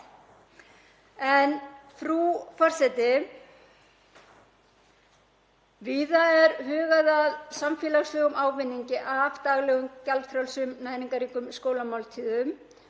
Frú forseti. Víða er hugað að samfélagslegum ávinningi af daglegum, gjaldfrjálsum, næringarríkum skólamáltíðum